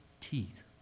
teeth